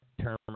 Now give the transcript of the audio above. term